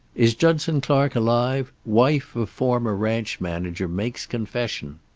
is judson clark alive? wife of former ranch manager makes confession.